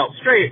straight